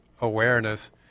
awareness